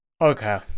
Okay